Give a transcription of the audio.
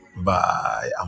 bye